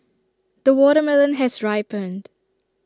the watermelon has ripened